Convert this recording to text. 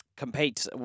Compete